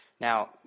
now